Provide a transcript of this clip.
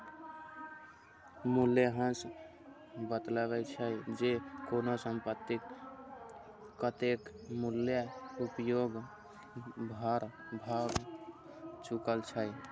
मूल्यह्रास बतबै छै, जे कोनो संपत्तिक कतेक मूल्यक उपयोग भए चुकल छै